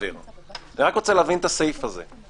אני רוצה הבין את הסעיף הזה.